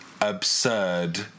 Absurd